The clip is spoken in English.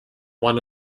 one